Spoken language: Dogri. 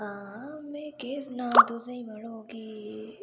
में केह् सनां तुसेंगी मड़ो कि